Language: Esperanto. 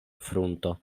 frunto